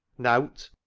nowt.